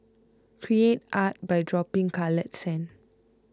create art by dropping coloured sand